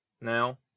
now